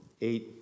eight